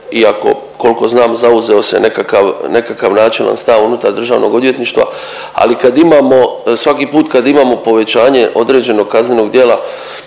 iako koliko znam zauzeo se nekakav, nekakav načelan stav unutar državnog odvjetništva, ali kad imamo svaki put kad imamo povećanje određenog kaznenog djela